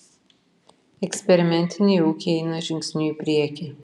eksperimentiniai ūkiai eina žingsniu į priekį